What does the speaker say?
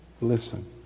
listen